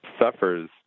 suffers